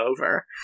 over